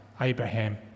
Abraham